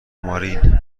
مارین